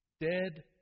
dead